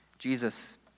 Jesus